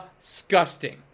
disgusting